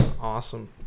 Awesome